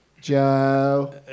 Joe